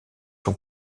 sont